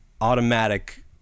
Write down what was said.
automatic